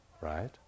Right